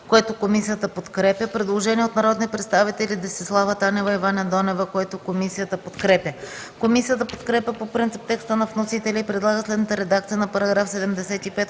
което комисията подкрепя по принцип. Предложение от народните представители Десислава Танева и Ваня Донева, което комисията подкрепя по принцип. Комисията подкрепя по принцип текста на вносителя и предлага следната редакция на § 75,